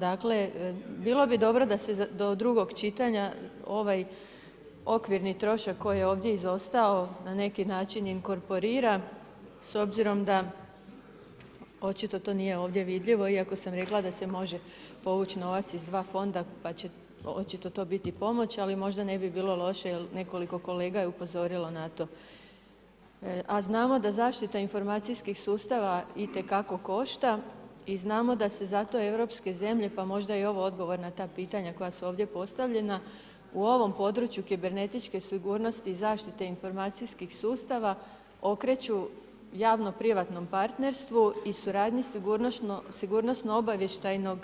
Dakle, bilo bi dobro da se do drugog čitanja ovaj okvirni troška koji je ovdje izostao na neki način inkorporira, s obzirom da očito to nije ovdje vidljivo iako sam rekla da se može povući novac iz dva fonda pa će očito to biti pomoć, ali možda ne bi bilo loše jer nekoliko kolega je upozorilo na to, a znamo da zaštita informacijskih sustava itekako košta i znamo da se zato europske zemlje, pa možda je i ovo odgovor na ta pitanja koja su ovdje postavljena, u ovom području kibernetičke sigurnosti i zaštite informacijskih sustava okreću javno-privatnom partnerstvu i suradnji sigurnosno-obavještajnog,